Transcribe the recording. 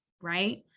right